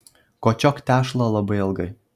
kočiok tešlą labai ilgai